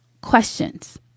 questions